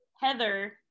Heather